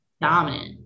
dominant